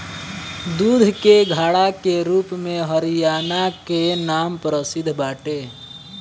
दूध के घड़ा के रूप में हरियाणा कअ नाम प्रसिद्ध बाटे